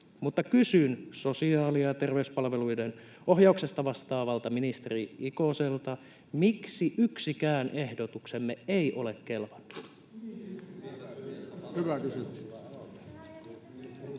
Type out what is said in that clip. Mutta kysyn sosiaali- ja terveyspalveluiden ohjauksesta vastaavalta ministeri Ikoselta, miksi yksikään ehdotuksemme ei ole kelvannut.